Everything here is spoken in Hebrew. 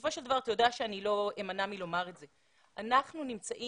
בסופו של דבר אתה יודע שאני לא אמנע מלומר את זה אבל אנחנו נמצאים